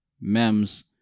MEMS